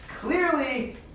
clearly